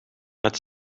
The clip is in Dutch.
met